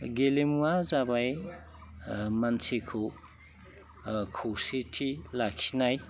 गेलेमुआ जाबाय मानसिखौ खौसेथि लाखिनाय